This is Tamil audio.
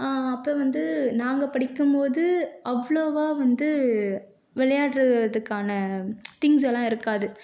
அப்போ வந்து நாங்கள் படிக்கும்போது அவ்வளோவா வந்து விளையாட்றதுக்கான திங்ஸ் எல்லாம் இருக்காது